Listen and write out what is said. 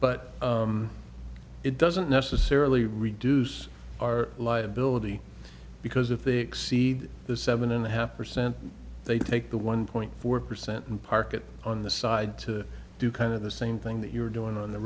but it doesn't necessarily reduce our liability because if they exceed the seven and a half percent they take the one point four percent and park it on the side to do kind of the same thing that you're doing on the